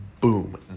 Boom